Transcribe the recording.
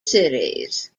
series